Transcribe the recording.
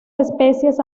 especies